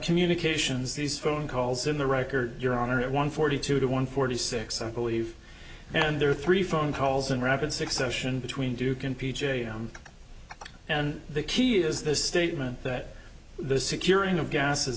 communications these phone calls in the record your honor at one forty two to one forty six i believe and there are three phone calls in rapid succession between duken p j and the key is this statement that the securing of gas